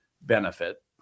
benefit